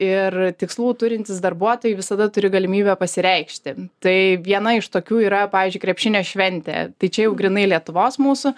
ir tikslų turintys darbuotojai visada turi galimybę pasireikšti tai viena iš tokių yra pavyzdžiui krepšinio šventė tai čia jau grynai lietuvos mūsų